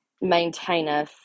maintainer